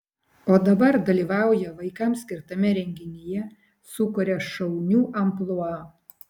o dabar dalyvauja vaikams skirtame renginyje sukuria šaunių amplua